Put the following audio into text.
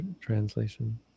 translation